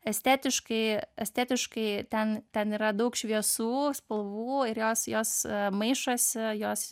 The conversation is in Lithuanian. estetiškai estetiškai ten ten yra daug šviesų spalvų ir jos jos maišosi jos